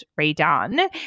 redone